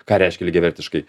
ką reiškia lygiavertiškai